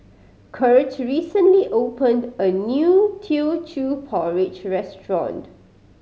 Curt recently opened a new Teochew Porridge restaurant